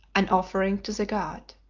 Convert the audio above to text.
an offering to the god.